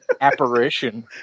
apparition